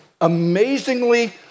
amazingly